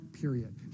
period